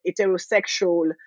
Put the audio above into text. heterosexual